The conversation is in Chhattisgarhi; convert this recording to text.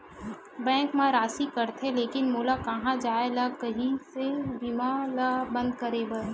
बैंक मा राशि कटथे लेकिन मोला कहां जाय ला कइसे बीमा ला बंद करे बार?